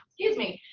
excuse me,